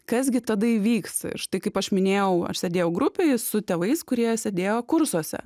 kas gi tada įvyks štai kaip aš minėjau aš sėdėjau grupėj su tėvais kurie sėdėjo kursuose